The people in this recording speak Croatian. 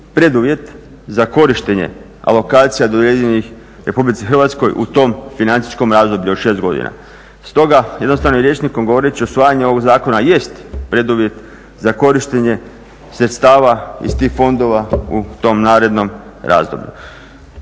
preduvjet za korištenje alokacija dodijeljenih RH u tom financijskom razdoblju od 6 godina. Stoga jednostavnim rječnikom govoreći usvajanje ovog zakona jest preduvjet za korištenje sredstava iz tih fondova u tom narednom razdoblju.